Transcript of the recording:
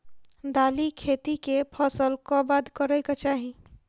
दालि खेती केँ फसल कऽ बाद करै कऽ चाहि?